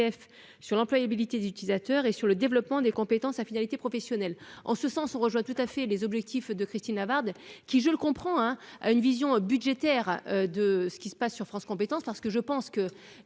sur l'employabilité d'utilisateur et sur le développement des compétences infidélité professionnelle en ce sens ont rejoint tout à fait les objectifs de Christine Lavarde qui, je le comprends, hein, à une vision budgétaire de ce qui se passe sur France compétences parce que je pense que